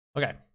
Okay